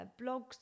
blogs